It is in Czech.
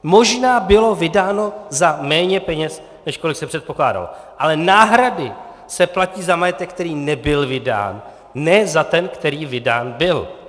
Možná bylo vydáno za méně peněz, než kolik se předpokládalo, ale náhrady se platí za majetek, který nebyl vydán, ne za ten, který vydán byl!